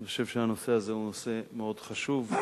אני חושב שהנושא הזה הוא נושא מאוד חשוב,